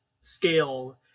scale